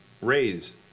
raise